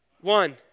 One